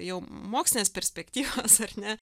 jau mokslinės perspektyvos ar ne